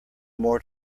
more